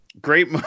great